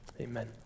Amen